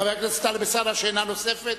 חבר הכנסת טלב אלסאנע, שאלה נוספת.